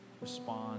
respond